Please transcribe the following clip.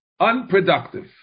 unproductive